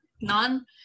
none